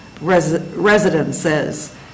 residences